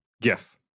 Gif